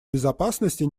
безопасности